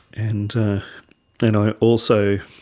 and you know i also